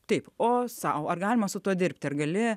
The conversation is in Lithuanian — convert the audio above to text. taip o sau ar galima su tuo dirbti ar gali